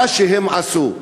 מה שהם עשו,